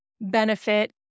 benefit